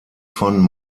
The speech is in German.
von